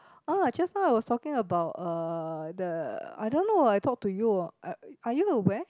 ah just now I was talking about uh the I don't know I talk to you uh are you aware